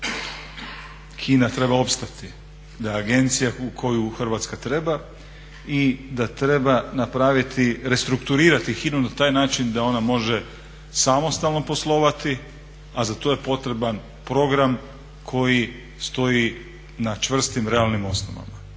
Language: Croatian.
HINA treba opstati, da je agencija koju Hrvatska treba i da treba napraviti, restrukturirati HINA-u na taj način da ona može samostalno poslovati, a za to je potreban program koji stoji na čvrstim, realnim osnovama.